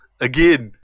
Again